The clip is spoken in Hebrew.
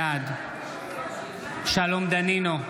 בעד שלום דנינו,